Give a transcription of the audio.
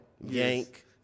Yank